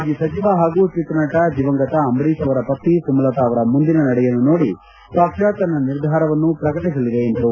ಮಾಜಿ ಸಚಿವ ಹಾಗೂ ಚಿತ್ರನಟ ದಿವಂಗತ ಅಂಬರೀಶ್ ಅವರ ಪತ್ನಿ ಸುಮಲತಾ ಅವರ ಮುಂದಿನ ನಡೆಯನ್ನು ನೋಡಿ ಪಕ್ಷ ತನ್ನ ನಿರ್ಧಾರವನ್ನು ಪ್ರಕಟಿಸಲಿದೆ ಎಂದರು